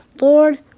Lord